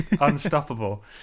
unstoppable